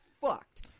fucked